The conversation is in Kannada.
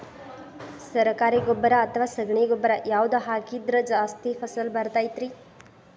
ಸರಕಾರಿ ಗೊಬ್ಬರ ಅಥವಾ ಸಗಣಿ ಗೊಬ್ಬರ ಯಾವ್ದು ಹಾಕಿದ್ರ ಜಾಸ್ತಿ ಫಸಲು ಬರತೈತ್ರಿ?